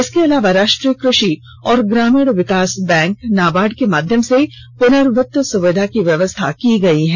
इसके अलावा राष्ट्रीय क्रषि और ग्रामीण विकास बैंक नाबार्ड के माध्यम से पुनर्वित्त सुविधा की व्यवस्था की गई है